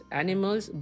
animals